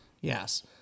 Yes